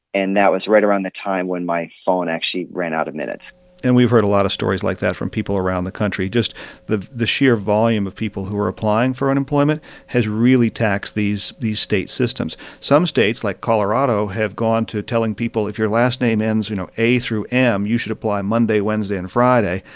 and that was right around the time when my phone actually ran out of minutes and we've heard a lot of stories like that from people around the country. just the the sheer volume of people who are applying for unemployment has really taxed these these state systems. some states, like colorado, have gone to telling people, if your last name ends, you know, a through m, you should apply monday, wednesday and friday.